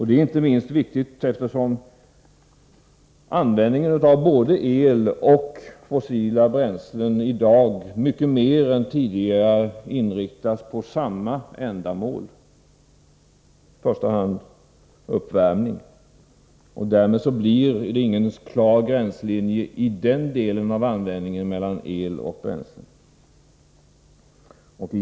Det gäller särskilt som användningen av både el och fossila bränslen i dag mycket mer än tidigare inriktas på samma ändamål, i första hand uppvärmning. Därmed blir det ingen klar gränslinje i det sammanhanget när det gäller användning av el resp. bränslen.